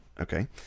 Okay